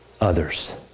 others